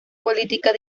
política